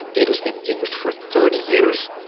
it has been used for thirty years